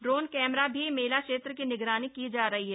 drone camera से भी मेला क्षेत्र की निगरानी की जा रही है